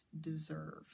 deserve